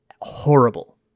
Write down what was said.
horrible